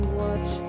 watch